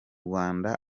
rwanda